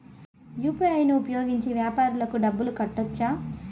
UPI ను ఉపయోగించి వ్యాపారాలకు డబ్బులు కట్టొచ్చా?